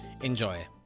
Enjoy